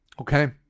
Okay